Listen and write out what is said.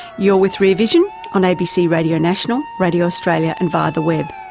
you're with rear vision on abc radio national radio australia and via the web.